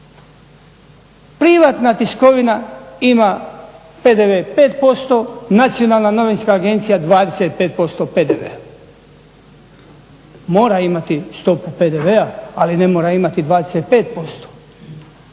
Privatna tiskovina ima PDV 5%, Nacionalna novinska agencija 25% PDV-a. Mora imati stopu PDV-a ali ne mora imati 25%.